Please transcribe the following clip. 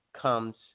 comes